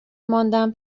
ماندم